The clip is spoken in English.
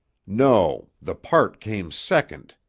no. the part came second,